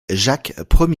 jacques